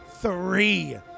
three